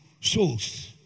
souls